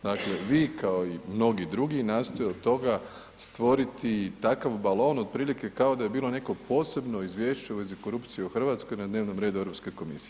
Dakle, vi kao i mnogi drugi nastoje od toga stvoriti takav balon otprilike kao da je bilo neko posebno izvješće u vezi korupcije u Hrvatskoj na dnevnom redu Europske komisije.